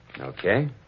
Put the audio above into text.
Okay